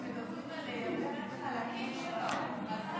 כי מדברים על לייבא רק חלקים של העוף,